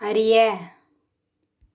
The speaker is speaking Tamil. அறிய